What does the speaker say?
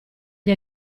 gli